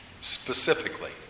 specifically